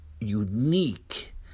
unique